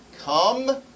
Come